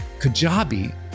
Kajabi